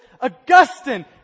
Augustine